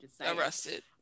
arrested